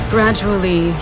Gradually